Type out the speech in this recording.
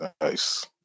nice